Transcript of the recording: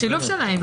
השילוב שלהם.